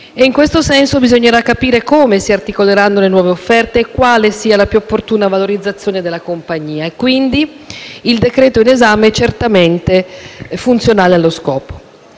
in questo senso, bisognerà capire come si articoleranno le nuove offerte e quale sia la più opportuna valorizzazione della compagnia: quindi il decreto-legge in esame è certamente funzionale allo scopo.